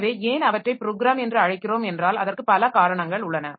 எனவே ஏன் அவற்றை ப்ரோக்ராம் என்று அழைக்கிறோம் என்றால் அதற்கு பல காரணங்கள் உள்ளன